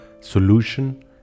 solution